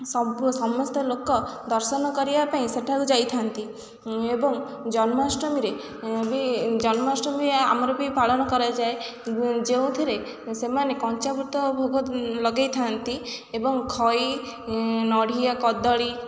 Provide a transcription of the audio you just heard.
ସମସ୍ତ ଲୋକ ଦର୍ଶନ କରିବା ପାଇଁ ସେଠାକୁ ଯାଇଥାନ୍ତି ଏବଂ ଜନ୍ମାଷ୍ଟମୀରେ ବି ଜନ୍ମାଷ୍ଟମୀ ଆମର ବି ପାଳନ କରାଯାଏ ଯେଉଁଥିରେ ସେମାନେ ଭୋଗ ଲଗାଇଥାନ୍ତି ଏବଂ ଖଇ ନଡ଼ିଆ କଦଳୀ